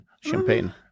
champagne